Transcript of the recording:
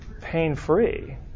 pain-free